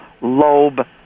lobe